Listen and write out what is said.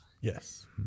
Yes